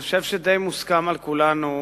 אני חושב שדי מוסכם על כולנו,